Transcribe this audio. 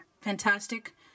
fantastic